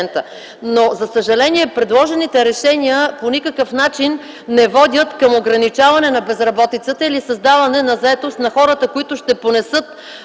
Но, за съжаление, предложените решения по никакъв начин не водят към ограничаване на безработицата или създаване на заетост на хората, които ще понесат